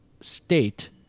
state